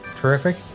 terrific